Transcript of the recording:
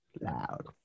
loud